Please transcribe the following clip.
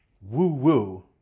woo-woo